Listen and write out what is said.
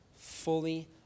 Fully